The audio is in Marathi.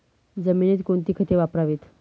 जमिनीत कोणती खते वापरावीत?